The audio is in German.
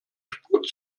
spur